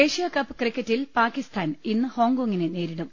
Asia Cup ക്രിക്കറ്റിൽ പാകിസ്ഥാൻ ഇന്ന് ഹോങ്കോങ്ങിനെ നേരി ടും